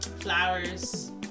flowers